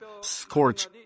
scorch